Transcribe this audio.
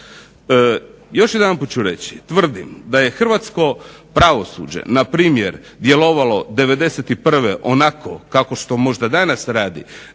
Još jedanput ću reći, tvrdim da je Hrvatsko pravosuđe djelovalo 91. onako kao što danas radi,